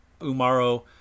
Umaro